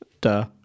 Duh